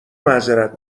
معذرت